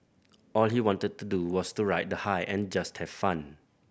all he wanted to do was to ride the high and just have fun